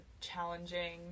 challenging